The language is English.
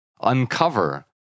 uncover